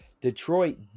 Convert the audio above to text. Detroit